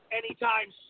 anytime